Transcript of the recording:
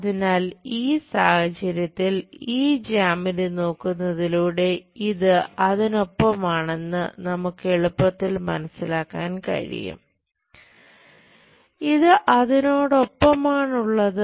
അതിനാൽ ഈ സാഹചര്യത്തിൽ ഈ ജ്യാമിതി നോക്കുന്നതിലൂടെ ഇത് അതിനൊപ്പമാണെന്ന് നമുക്ക് എളുപ്പത്തിൽ മനസ്സിലാക്കാൻ കഴിയും ഇത് അതിനോടൊപ്പമാണുള്ളത്